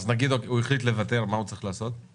אז נגיד שהוא החליט לוותר, מה הוא צריך לעשות?